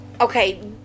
okay